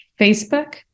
Facebook